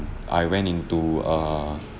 I went into err